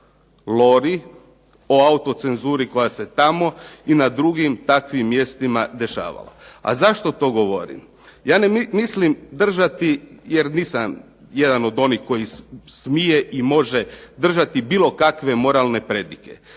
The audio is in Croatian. Lori, o autocenzuri koja se tamo i na drugim takvim mjestima dešavalo. A zašto to govorim? Ja ne mislim držati, jer nisam jedan od onih koji smije i može držati bilo kakve moralne predike.